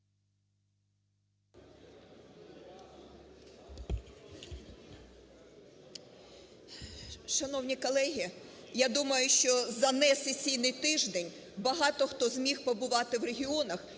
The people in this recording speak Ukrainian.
Шановні колеги, я думаю, що за не сесійний тиждень багато хто зміг побувати в регіонах